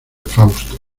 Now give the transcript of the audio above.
fausto